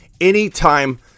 anytime